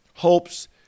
Hopes